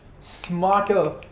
Smarter